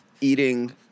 eating